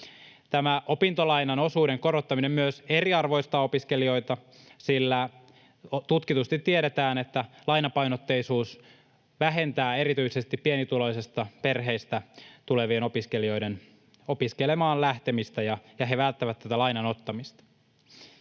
opintolainan osuuden korottaminen myös eriarvoistaa opiskelijoita, sillä tutkitusti tiedetään, että lainapainotteisuus vähentää erityisesti pienituloisista perheistä tulevien opiskelijoiden opiskelemaan lähtemistä ja he välttävät tätä lainan ottamista.